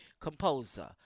composer